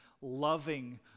loving